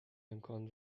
امکان